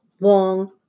long